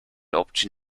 option